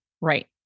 Right